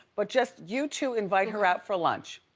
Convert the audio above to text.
but just you two invite her out for lunch,